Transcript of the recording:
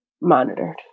monitored